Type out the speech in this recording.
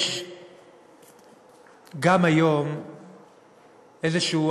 יש גם היום איזשהו,